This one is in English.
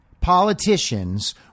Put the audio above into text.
politicians